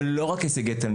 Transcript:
ולא רק אותם: